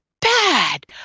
bad